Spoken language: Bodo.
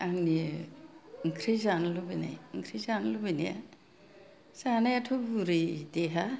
आंनि ओंख्रि जानो लुबैनाया जानायाथ' बुरि देहा